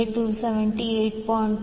6 j278